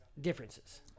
differences